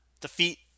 defeat